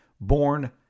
born